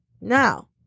now